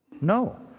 No